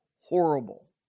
horrible